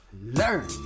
learn